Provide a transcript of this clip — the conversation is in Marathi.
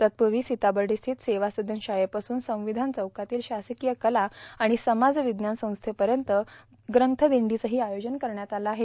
तत्पूर्वी सिताबर्डीस्थित सेवासदन शाळेपासून संविधान चौकातील शासकीय कला आणि समाज विज्ञान संस्थेपर्यंत ग्रंथदिंडीचही आयोजन करण्यात आलं आहे